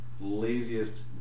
laziest